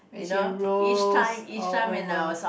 when she rows all over